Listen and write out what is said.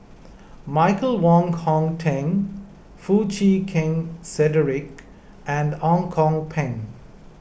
Michael Wong Hong Teng Foo Chee Keng Cedric and Ang Kok Peng